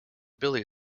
billie